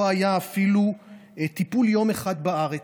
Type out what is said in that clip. לא היה אפילו טיפול יום אחד בארץ,